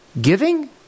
giving